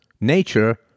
nature